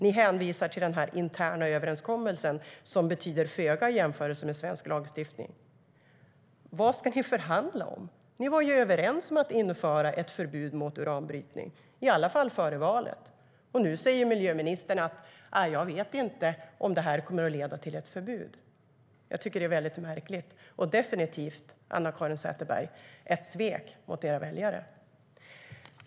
Ni hänvisar till den interna överenskommelsen, som betyder föga i jämförelse med svensk lagstiftning. Vad ska ni förhandla om? Ni var överens om att införa ett förbud mot uranbrytning - i alla fall före valet. Nu säger miljöministern att hon inte vet om det kommer att leda till ett förbud. Det är märkligt. Det är definitivt, Anna-Caren Sätherberg, ett svek mot era väljare.